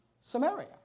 Samaria